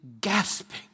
gasping